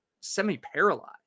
semi-paralyzed